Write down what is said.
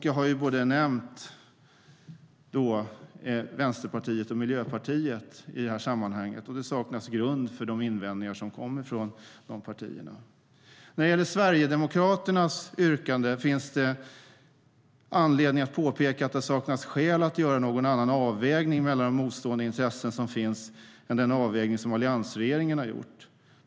Jag har nämnt både Vänsterpartiet och Miljöpartiet, och det saknas grund för de invändningar som kommer från de partierna. När det gäller Sverigedemokraternas yrkande finns det anledning att påpeka att det saknas skäl att göra någon annan avvägning mellan de motstående intressen som finns än den avvägning som alliansregeringen har gjort.